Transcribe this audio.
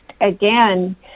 again